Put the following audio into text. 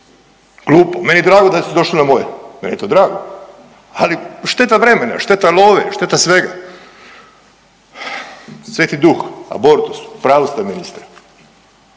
glupo, meni je drago da su došli na moje, meni je to drago, ali šteta vremena, šteta love, šteta svega. Sveti Duh, abortus, u pravu ste ministre.